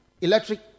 electric